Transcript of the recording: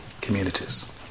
communities